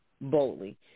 boldly